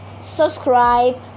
subscribe